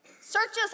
searches